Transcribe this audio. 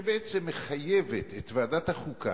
שבעצם מחייבת את ועדת החוקה,